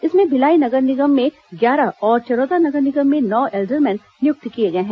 इसमें भिलाई नगर निगम में ग्यारह और चरौदा नगर निगम में नौ एल्डरमैन नियुक्त किए गए हैं